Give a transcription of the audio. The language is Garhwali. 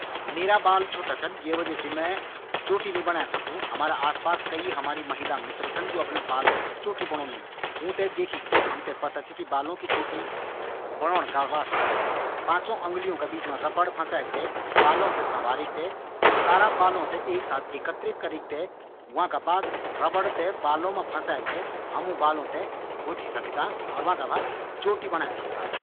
मेरा बाल छोटा छन ये वजह से मैं चोटी नी बणे सकदु। हमारा आस पास हमारी कई महिला मित्र छन जू रबड़ बैंड थें पांचोँ उंगलियों से पकड़ीक और बालों थें दुयों हाथों से एकत्रित करीक चोटी गुंथदी छन।